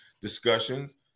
discussions